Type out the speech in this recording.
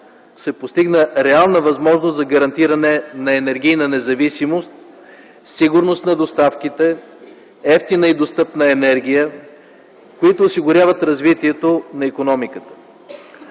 се постигна реална възможност за гарантиране на енергийна независимост, сигурност на доставките, евтина и достъпна енергия, които осигуряват развитието на икономиката.